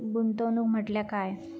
गुंतवणूक म्हटल्या काय?